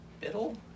Biddle